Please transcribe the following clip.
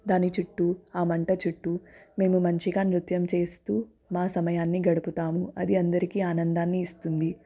దాని చుట్టూ ఆ మంట చుట్టూ మేము మంచిగా నృత్యం చేస్తూ మా సమయాన్ని గడుపుతాము అది అందరికీ ఆనందాన్ని ఇస్తుంది